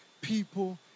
people